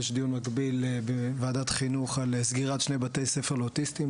יש דיון מקביל בוועדת חינוך על סגירת שני בתי ספר לאוטיסטים,